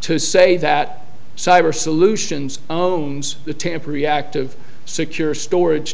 to say that cyber solutions own the tamper reactive secure storage